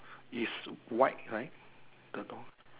is white right the door